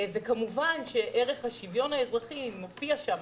כמובן שערך השוויון האזרחי מופיע שם.